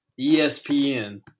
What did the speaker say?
ESPN